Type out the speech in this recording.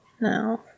No